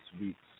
week's